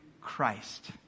Christ